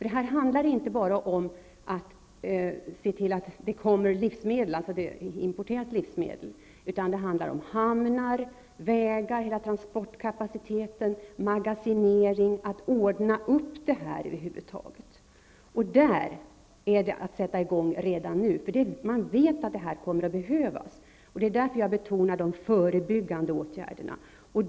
Det handlar nämligen inte bara om att se till att livsmedel importeras, utan det handlar om hamnar, vägar, hela transportkapaciteten, magasinering, att över huvud taget ordna upp allt detta, och man bör sätta i gång redan nu, eftersom man vet att detta kommer att behövas. Det är därför jag betonar de förebyggande åtgärderna.